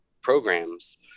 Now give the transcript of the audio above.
programs